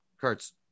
Kurtz